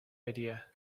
idea